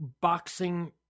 boxing